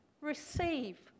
receive